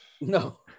No